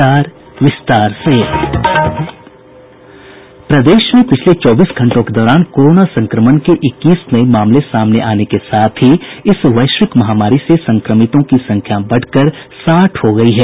प्रदेश में पिछले चौबीस घंटों के दौरान कोरोना संक्रमण के इक्कीस नये मामले सामने आने के साथ ही इस वैश्विक महामारी से संक्रमितों की संख्या बढ़कर साठ हो गयी है